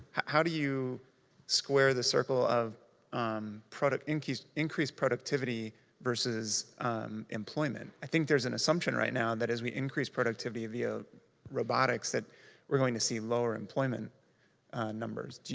how do you square the circle of um product, increase increase productivity versus employment? i think there's an assumption right now and that as we increase productivity via robotics, that we're going to see lower employment numbers.